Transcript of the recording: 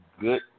good